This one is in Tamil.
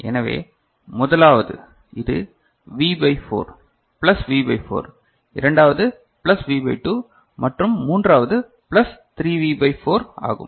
எனவே முதலாவது இது V by 4 plus V by 4 இரண்டாவது பிளஸ் வி பை 2 மற்றும் மூன்றாவது பிளஸ் 3 வி பை 4 ஆகும்